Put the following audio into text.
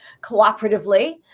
cooperatively